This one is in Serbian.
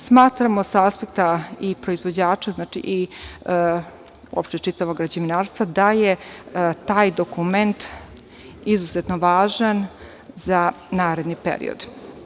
Smatramo s aspekta i proizvođača i uopšte čitavog građevinarstva da je taj dokument izuzetno važan za naredni period.